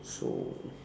so